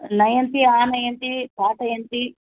नयन्ति आनयन्ति पाठयन्ति